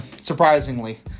Surprisingly